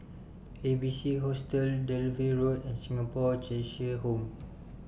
A B C Hostel Dalvey Road and Singapore Cheshire Home